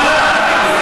לא הלך.